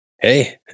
Hey